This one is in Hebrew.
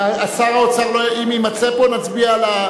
שר האוצר, אם יימצא פה, נצביע על,